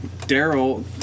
Daryl